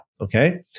okay